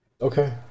Okay